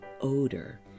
odor